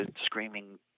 screaming